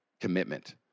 commitment